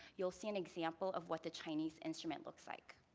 you will see an example of what the chinese instrument looks like